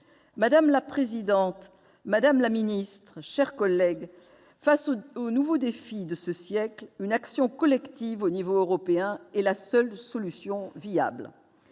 Madame la présidente, madame la ministre, chers collègues, face aux nouveaux défis de ce siècle, une action collective au plan européen est la seule solution viable.